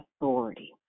authority